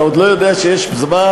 אתה עוד לא יודע שיש זמן?